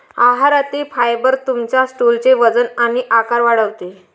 आहारातील फायबर तुमच्या स्टूलचे वजन आणि आकार वाढवते